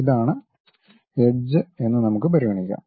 ഇതാണ് എഡ്ജ് എന്ന് നമുക്ക് പരിഗണിക്കാം